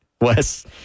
Wes